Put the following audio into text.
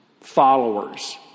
followers